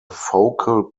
focal